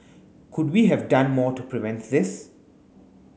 could we have done more to prevent this